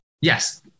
Yes